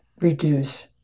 reduce